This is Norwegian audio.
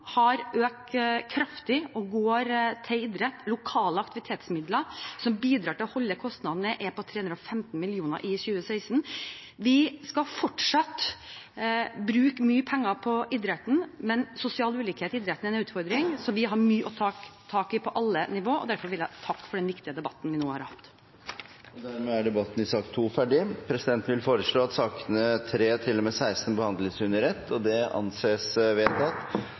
har økt kraftig og går til idrett. Lokale aktivitetsmidler som bidrar til å holde kostnadene nede, er på 315 mill. kr i 2016. Vi skal fortsatt bruke mye penger på idretten, men sosial ulikhet i idretten er en utfordring, så vi har mye å ta tak i på alle nivå, og derfor vil jeg takke for den viktige debatten vi nå har hatt. Dermed er debatten i sak nr. 2 ferdig. Presidenten vil foreslå at sakene nr. 3–16 behandles under ett. – Det anses vedtatt.